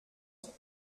tout